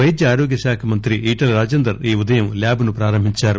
పైద్య ఆరోగ్య శాఖ మంత్రి ఈటెల రాజేందర్ ఈ ఉదయం ల్యాబ్ ను ప్రారంభించారు